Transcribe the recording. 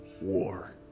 war